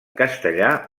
castellà